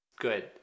good